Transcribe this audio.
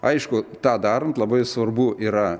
aišku tą darant labai svarbu yra